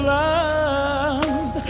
love